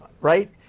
right